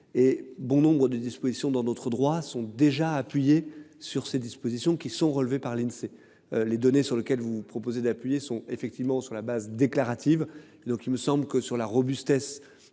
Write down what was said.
et bon nombre de dispositions dans notre droit sont déjà appuyé sur ces dispositions qui sont relevés par l'Insee. Les données sur lequel vous proposez d'appuyer son effectivement sur la base déclarative. Donc il me semble que sur la robustesse.